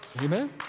Amen